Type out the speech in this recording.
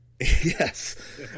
Yes